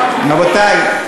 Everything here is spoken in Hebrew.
רבותי,